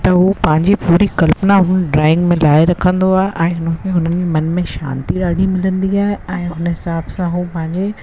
त हू पंहिंजी पूरी कल्पना हुन ड्रॉइंग में लाइ रखंदो आहे ऐं हुन खे हुन में मन में शांती ॾाढी मिलंदी आहे ऐं हुन हिसाब सां हू पंहिंजे